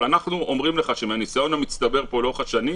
אבל אנחנו אומרים לך שמהניסיון המצטבר פה לאורך השנים,